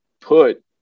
put